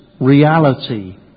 reality